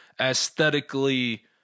aesthetically